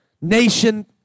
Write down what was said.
Nation